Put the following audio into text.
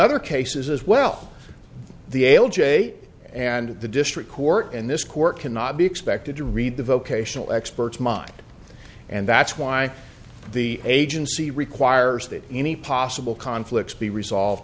other cases as well the ale jay and the district court in this court cannot be expected to read the vocational experts mind and that's why the agency requires that any possible conflicts be resolved